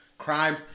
Crime